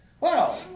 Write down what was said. Wow